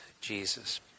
Jesus